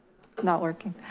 not working.